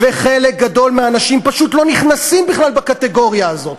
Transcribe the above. וחלק גדול מהאנשים פשוט לא נכנסים בכלל בקטגוריה הזאת.